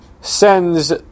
sends